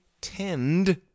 tend